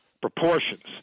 proportions